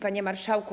Panie Marszałku!